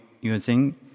using